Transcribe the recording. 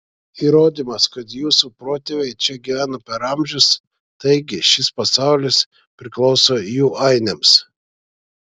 įrodymas kad jūsų protėviai čia gyveno per amžius taigi šis pasaulis priklauso jų ainiams